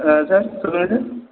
ஆ sir சொல்லுங்கள் sir